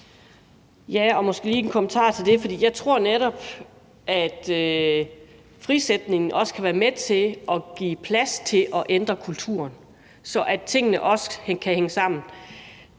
jeg tror netop, at frisætningen også kan være med til at give plads til at ændre kulturen, så tingene også kan hænge sammen.